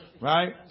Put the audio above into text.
Right